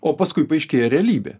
o paskui paaiškėja realybė